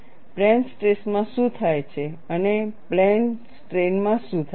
plane stress માં શું થાય છે અને પ્લેન સ્ટ્રેઈન માં શું થાય છે